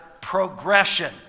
progression